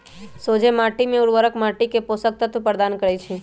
सोझें माटी में उर्वरक माटी के पोषक तत्व प्रदान करै छइ